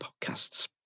podcasts